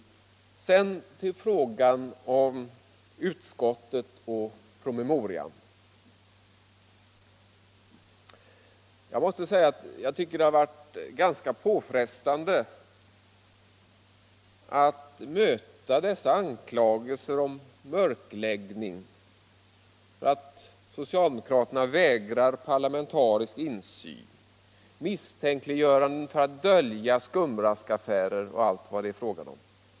Sedan till frågan om utskottet och promemorian. Det har varit ganska påfrestande att möta dessa anklagelser om mörkläggning, att socialdemokraterna vägrar parlamentarisk insyn, dessa misstänkliggöranden för att dölja skumraskaffärer och allt vad det är fråga om.